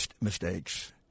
mistakes